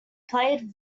played